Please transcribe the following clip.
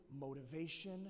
motivation